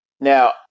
Now